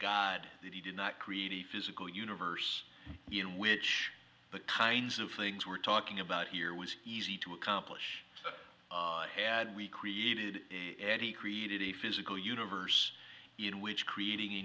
that he did not create a physical universe in which the kinds of things we're talking about here was easy to accomplish had we created and he created a physical universe in which creating a